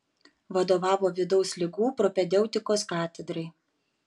vadovavo vidaus ligų propedeutikos katedrai